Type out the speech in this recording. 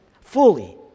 fully